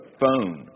phone